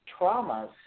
traumas